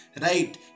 right